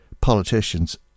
politicians